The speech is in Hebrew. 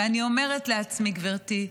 ואני אומרת לעצמי, גברתי,